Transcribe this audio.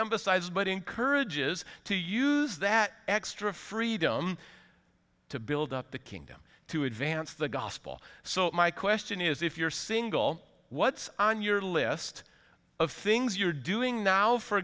emphasized but encourages to use that extra freedom to build up the kingdom to advance the gospel so my question is if you're single what's on your list of things you're doing now for